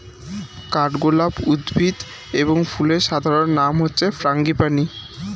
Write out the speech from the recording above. কাঠগোলাপ উদ্ভিদ এবং ফুলের সাধারণ নাম হচ্ছে ফ্রাঙ্গিপানি